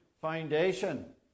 foundation